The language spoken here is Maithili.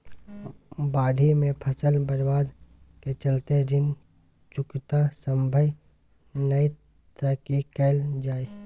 बाढि में फसल बर्बाद के चलते ऋण चुकता सम्भव नय त की कैल जा?